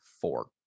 four